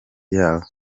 yawo